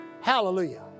Hallelujah